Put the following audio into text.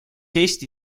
eesti